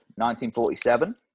1947